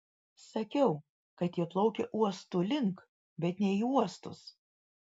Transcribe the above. sakiau kad jie plaukia uostų link bet ne į uostus